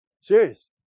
Serious